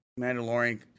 Mandalorian